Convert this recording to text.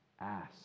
ask